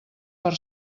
per